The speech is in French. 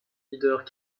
leaders